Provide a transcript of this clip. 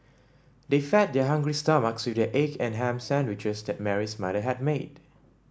they fed their hungry stomachs with the egg and ham sandwiches that Mary's mother had made